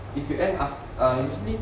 if you end aft~ usually